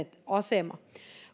asema